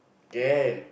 can